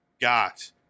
got